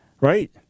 right